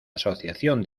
asociación